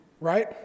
right